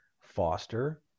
foster